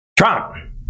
Trump